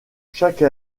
chaque